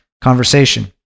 conversation